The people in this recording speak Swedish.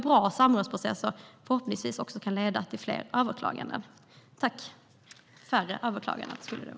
Bra samrådsprocesser kan förhoppningsvis också leda till färre överklaganden.